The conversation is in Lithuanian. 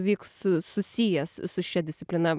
vyks susijęs su šia disciplina